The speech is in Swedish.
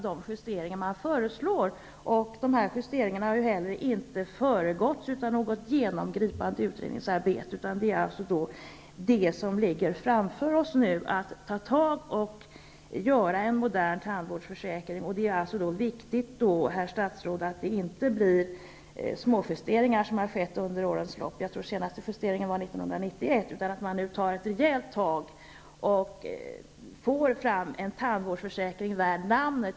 De justeringar som föreslås har inte föregåtts av något genomgripande utredningsarbete. Nu gäller det att ta tag i det som ligger framför oss och göra en modern tandvårdsförsäkring. Det är då viktigt, herr statsråd, att det inte blir småjusteringar, som har skett under årens lopp -- jag tror att den senaste justeringen gjordes 1991 -- utan att man nu tar ett rejält tag och får fram en tandvårdsförsäkring värd namnet.